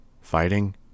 fighting